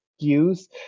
use